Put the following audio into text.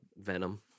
Venom